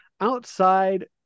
outside